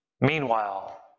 Meanwhile